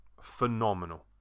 Phenomenal